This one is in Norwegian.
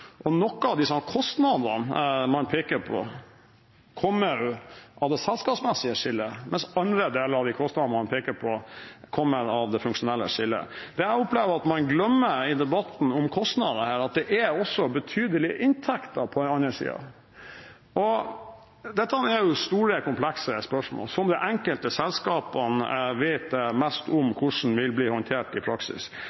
skille. Noen av disse kostnadene man peker på, kommer av det selskapsmessige skillet, mens andre deler av de kostnadene man peker på, kommer av det funksjonelle skillet. Det jeg opplever at man glemmer i debatten om kostnader her, er at det også er betydelige inntekter på den andre siden. Dette er store, komplekse spørsmål, som de enkelte selskapene vet mest